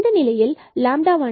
இந்த நிலையில் λ0 2 ஆகும்